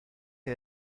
que